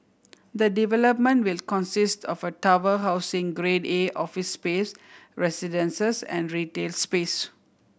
the development will consist of a tower housing Grade A office space residences and retail space